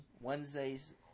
wednesday's